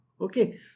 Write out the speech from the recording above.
Okay